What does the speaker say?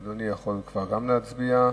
אדוני יכול כבר להצביע.